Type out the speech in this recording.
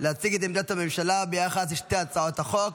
להציג את עמדת הממשלה ביחס לשתי הצעות החוק,